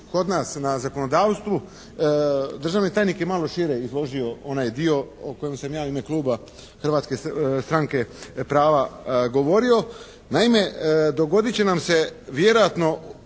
kod nas za zakonodavstvo državni tajnik je malo šire izložio onaj dio o kojem sam ja u ime Kluba Hrvatske stranke prava govorio. Naime, dogodit će nam se vjerojatno